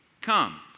come